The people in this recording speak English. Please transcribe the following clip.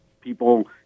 people